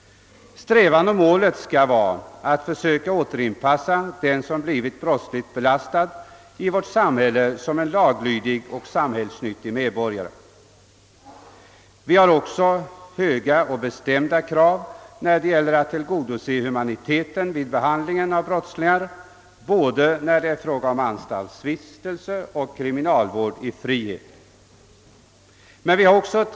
Strävan och målet skall vara att söka återanpassa i vårt samhälle, som laglydig och samhällsnyttig medborgare, den som blivit brottsligt belastad. Vi har också höga och bestämda krav när det gäller att slå vakt om humaniteten vid behandlingen av brottslingar, både vid anstaltsvistelse och vid kriminalvård i frihet.